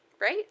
Right